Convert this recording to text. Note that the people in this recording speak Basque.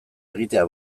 egitea